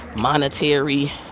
monetary